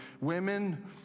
Women